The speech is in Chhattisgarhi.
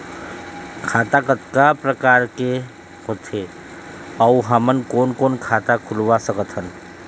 खाता कतका प्रकार के होथे अऊ हमन कोन कोन खाता खुलवा सकत हन?